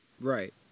Right